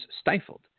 stifled